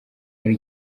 muri